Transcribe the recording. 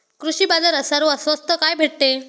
कृषी बाजारात सर्वात स्वस्त काय भेटते?